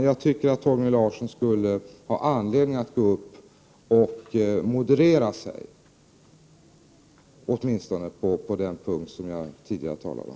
Jag anser att Torgny Larsson har anledning att moderera sina uttalanden, åtminstone på den punkt som jag tidigare nämnde.